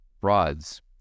frauds